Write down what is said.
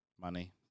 money